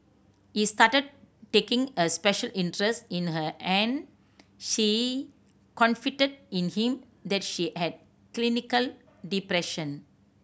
he started taking a special interest in her and she confided in him that she had clinical depression